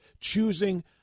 choosing